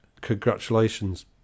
congratulations